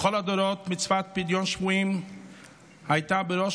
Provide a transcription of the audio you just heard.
בכל הדורות מצוות פדיון שבויים הייתה בראש